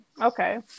Okay